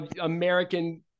American